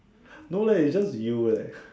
no leh is just you leh